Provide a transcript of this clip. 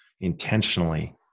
intentionally